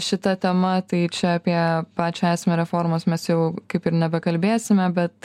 šita tema tai čia apie pačią esmę reformos mes jau kaip ir nebekalbėsime bet